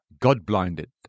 God-blinded